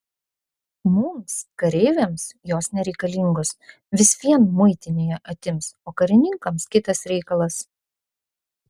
mums kareiviams jos nereikalingos vis vien muitinėje atims o karininkams kitas reikalas